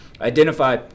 identify